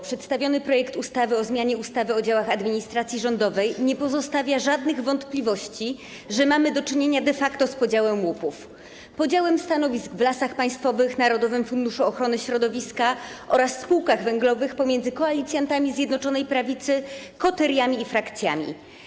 Przedstawiony projekt ustawy o zmianie ustawy o działach administracji rządowej nie pozostawia żadnych wątpliwości, że mamy do czynienia de facto z podziałem łupów, podziałem stanowisk w Lasach Państwowych, Narodowym Funduszu Ochrony Środowiska i Gospodarki Wodnej oraz spółkach węglowych pomiędzy koalicjantami Zjednoczonej Prawicy, koteriami i frakcjami.